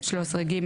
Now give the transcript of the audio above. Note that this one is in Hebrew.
(13ג)